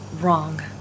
wrong